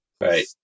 Right